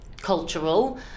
cultural